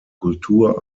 kultur